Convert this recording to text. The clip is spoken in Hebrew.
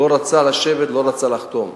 לא רצה לשבת, לא רצה לחתום.